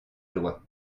loi